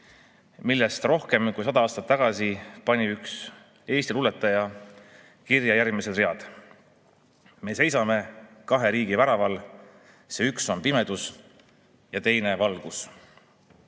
mille kohta rohkem kui sada aastat tagasi pani üks Eesti luuletaja kirja järgmised read: "Me seisame kahe riigi väraval: see üks on pimedus ja teine